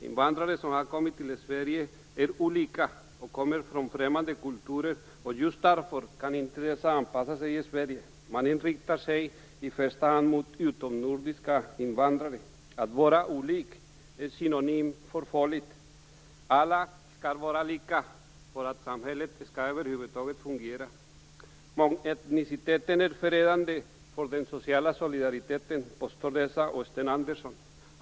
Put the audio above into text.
Invandrare som kommit till Sverige är olika och kommer från främmande kulturer. Just därför kan dessa inte anpassa sig i Sverige. Man inriktar sig i första hand på utomnordiska invandrare. Att vara olik är synonymt med att det handlar om något som är farligt. Alla skall vara lika för att samhället över huvud taget skall kunna fungera. Mångetniciteten är förödande för den sociala solidariteten, påstår man i organisationen - och Sten Andersson.